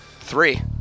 Three